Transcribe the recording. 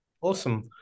Awesome